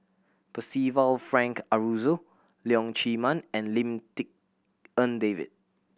Percival Frank Aroozoo Leong Chee Mun and Lim Tik En David